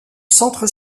centre